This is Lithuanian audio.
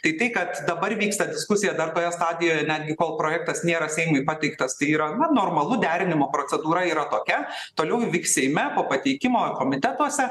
tai tai kad dabar vyksta diskusija dar toje stadijoje netgi kol projektas nėra seimui pateiktas tai yra na normalu derinimo procedūra yra tokia toliau ji vyks seime po pateikimo komitetuose